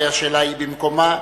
והיא במקומה.